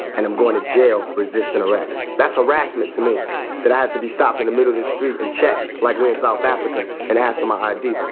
and i'm going to jail for resisting arrest. that's harassment to me that i had to be stopped in the middle of the street and checked like we're in south africa and asked for my id.